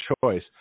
choice